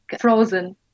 Frozen